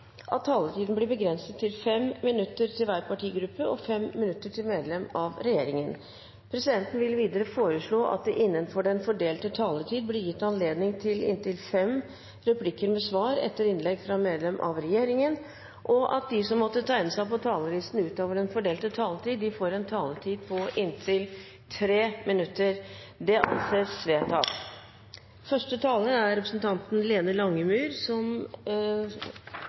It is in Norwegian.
at taletiden blir begrenset til 5 minutter til hver partigruppe og 5 minutter til medlemmer av regjeringen. Presidenten vil videre foreslå at det innenfor den fordelte taletid vil bli gitt anledning til inntil fem replikker med svar etter innlegg fra medlemmer av regjeringen, og at de som måtte tegne seg på talerlisten utover den fordelte taletid, får en taletid på inntil 3 minutter. – Det anses vedtatt. Første taler er Lene Langemyr, som